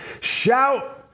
shout